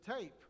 tape